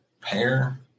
pair